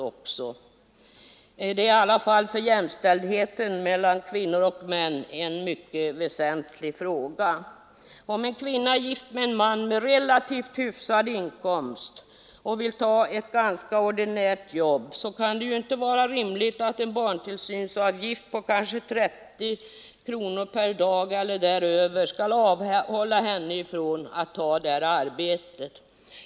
Det är i alla fall en för jämställdheten mellan kvinnor och män mycket väsentlig fråga. Om en kvinna gift med en man, som har en relativt hyfsad inkomst, vill ta ett ganska ordinärt jobb, kan det inte vara rimligt att en barntillsynsavgift på 30 kronor per dag och däröver skall avhålla henne från att ta detta arbete.